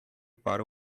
para